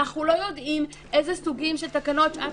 אנחנו לא יודעים אלו סוגים של תקנות שעת